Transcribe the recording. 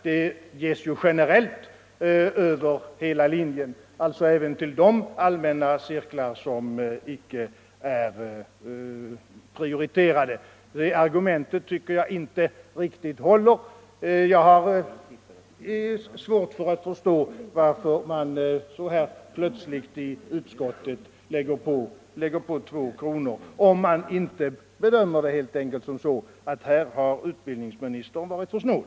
Det ges ju generellt över hela linjen, alltså även till de allmänna cirklar som icke är prioriterade. Herr Alemyrs argument tycker jag inte håller. Jag har svårt att förstå varför man så plötsligt i utskottet lägger på 2 kr., om man inte helt enkelt bedömer det som så, att här har utbildningsministern varit för snål.